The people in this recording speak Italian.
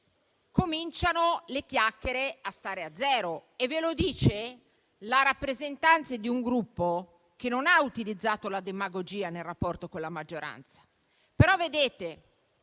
cominciano a stare a zero. E ve lo dice la rappresentante di un Gruppo che non ha utilizzato la demagogia nel rapporto con la maggioranza.